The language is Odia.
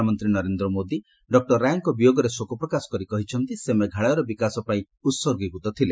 ପ୍ରଧାନମନ୍ତ୍ରୀ ନରେନ୍ଦ୍ର ମୋଦି ଡକ୍କର ରାୟଙ୍କ ବିୟୋଗରେ ଶୋକ ପ୍ରକାଶ କରି କହିଛନ୍ତି ସେ ମେଘାଳୟର ବିକାଶ ପାଇଁ ଉହର୍ଗୀକୃତ ଥିଲେ